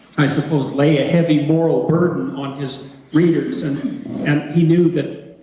i suppose, lay a heavy moral burden on his readers and and he knew that